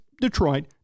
Detroit